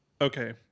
okay